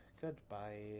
Goodbye